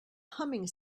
humming